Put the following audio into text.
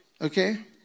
Okay